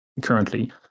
currently